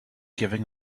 giving